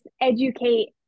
educate